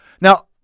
Now